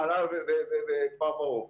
נהלל וכפר ברוך.